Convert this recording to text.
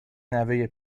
نوه